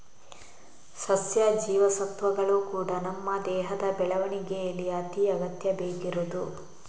ಸಸ್ಯ ಜೀವಸತ್ವಗಳು ಕೂಡಾ ನಮ್ಮ ದೇಹದ ಬೆಳವಣಿಗೇಲಿ ಅತಿ ಅಗತ್ಯ ಬೇಕಿರುದು